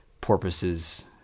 porpoise's